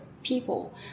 People